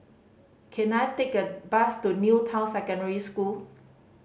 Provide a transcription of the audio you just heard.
can I take a bus to New Town Secondary School